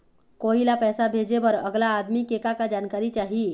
कोई ला पैसा भेजे बर अगला आदमी के का का जानकारी चाही?